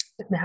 now